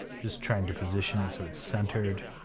just trying to position it so it's centered,